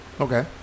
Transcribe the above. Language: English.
Okay